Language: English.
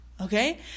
Okay